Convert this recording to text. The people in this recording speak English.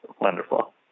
Wonderful